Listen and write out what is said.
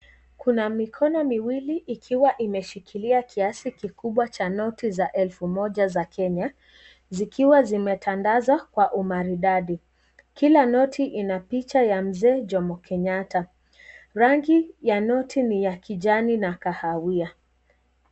Kuna mikono miwili, ikiwa imeshikilia kiasi kikubwa cha noti za elfu moja za Kenya ,zikiwa zimetandazwa kwa umaridadi. Kila noti ina picha ya mzee Jomo Kenyatta. Rangi ya noti ni ya kijani na kahawia.